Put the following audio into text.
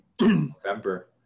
November